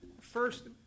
First